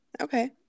okay